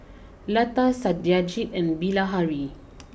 Lata Satyajit and Bilahari